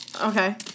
Okay